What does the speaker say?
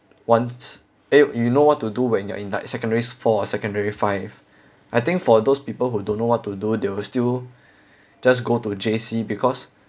once eh you know what to do when you're in like secondary four or secondary five I think for those people who don't know what to do they'll still just go to J_C because